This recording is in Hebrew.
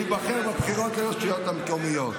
להיבחר בבחירות לרשויות המקומיות.